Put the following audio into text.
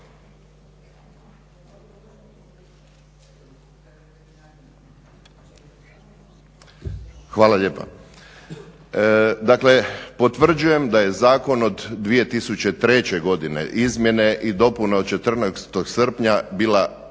Hvala lijepa. Dakle, potvrđujem da je zakon od 2003. godine izmjene i dopune od 14. srpnja bila